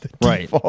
Right